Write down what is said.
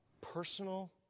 Personal